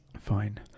Fine